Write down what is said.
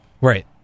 Right